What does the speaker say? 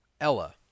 Ella